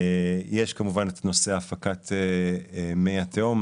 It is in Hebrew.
יש את הנושא של הפקת מי התהום,